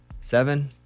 seven